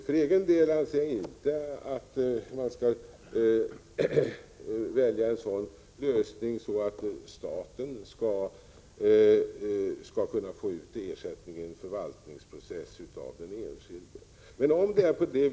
För egen del anser jag inte att man skall välja en sådan lösning att staten skall kunna få ut ersättning av den enskilde i en förvaltningsprocess.